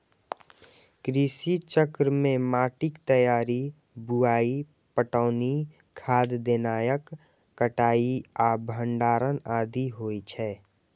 कृषि चक्र मे माटिक तैयारी, बुआई, पटौनी, खाद देनाय, कटाइ आ भंडारण आदि होइ छै